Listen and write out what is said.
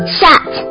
shut